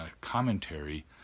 commentary